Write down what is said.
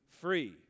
free